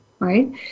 right